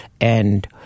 and-